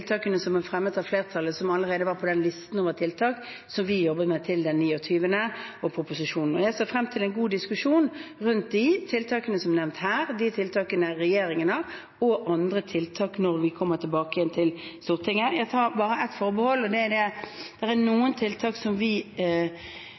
tiltakene som er fremmet av flertallet, som allerede var på listen over tiltak som vi jobber med til den 29. januar og til proposisjonen. Jeg ser frem til en god diskusjon rundt tiltakene som er nevnt her, tiltakene regjeringen har, og andre tiltak når vi kommer tilbake igjen til Stortinget. Jeg tar bare ett forbehold, og det er at det er